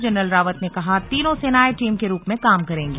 general Rawat ने कहा तीनों सेनाएं टीम के रूप में काम करेंगी